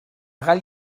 gall